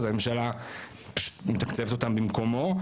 אז הממשלה מתקצבת אותם במקומו.